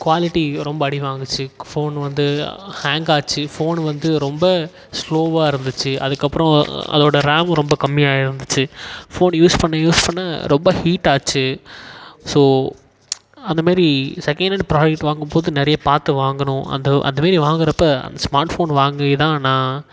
quality ரொம்ப அடி வாங்குச்சு ஃபோன் வந்து ஹேங் ஆச்சு ஃபோனு வந்து ரொம்ப ஸ்லோவாக இருந்துச்சு அதுக்கப்புறம் அதோடு ரேம்மு ரொம்ப கம்மியாக இருந்துச்சு ஃபோன் யூஸ் பண்ண யூஸ் பண்ண ரொம்ப ஹீட்டாச்சு ஸோ அந்தமாரி செகண்ட் ஹேண்ட் ப்ராடக்ட் வாங்கும்போது நிறைய பார்த்து வாங்கணும் அந்த அந்தமாரி வாங்குறப்போ அந்த ஸ்மார்ட் ஃபோன் வாங்கிதான் நான்